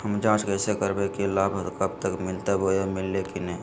हम जांच कैसे करबे की लाभ कब मिलते बोया मिल्ले की न?